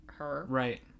right